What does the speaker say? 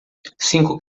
cinco